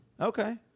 Okay